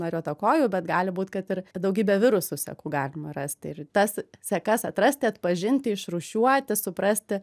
nariuotakojų bet gali būt kad ir daugybe virusų sekų galima rasti ir tas sekas atrasti atpažinti išrūšiuoti suprasti